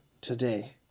today